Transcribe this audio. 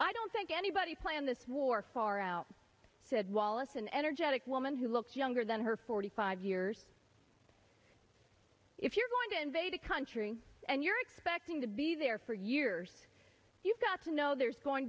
i don't think anybody planned this war far out said wallace an energetic woman who looks younger than her forty five years if you're going to invade a country and you're expecting to be there for years you've got to know there's going